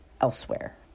elsewhere